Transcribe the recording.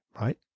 right